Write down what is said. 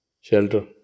Shelter